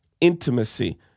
intimacy